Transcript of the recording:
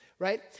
right